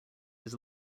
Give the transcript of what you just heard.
his